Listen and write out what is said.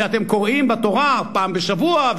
אתם קוראים בתורה פעם בשבוע,